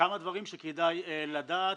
כמה דברי שכדאי לדעת,